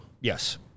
Yes